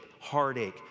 heartache